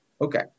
Okay